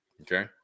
Okay